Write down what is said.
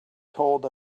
told